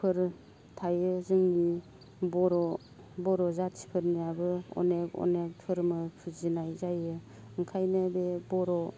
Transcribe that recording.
थायो जोंनि बर' बर' जाथिफोरनियाबो अनेख अनेख धोरोम फुजिनाय जायो ओंखायनो बे बर'